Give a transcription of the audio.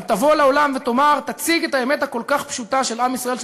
אם תבוא אל העולם ותאמר ותציג את האמת הכל-כך פשוטה של עם ישראל,